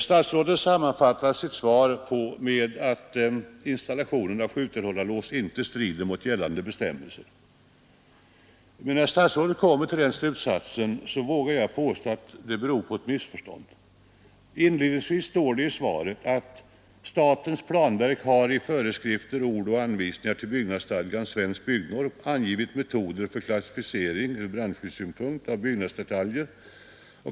Statsrådet sammanfattar sitt svar med att installationen av sjutillhållarlås inte strider mot gällande bestämmelser. Men jag vågar påstå att det beror på ett missförstånd att statsrådet kommit till denna slutsats. Inledningsvis står det i svaret: ”Statens planverk har i föreskrifter, råd och anvisningar till byggnadsstadgan angivit metoder för klassificering ur brandskyddssynpunkt av byggnadsdetaljer.